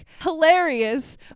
hilarious